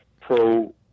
pro